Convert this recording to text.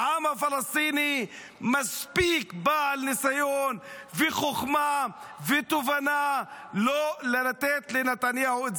העם הפלסטיני בעל ניסיון וחוכמה ותובנה מספיקים לא לתת את זה לנתניהו.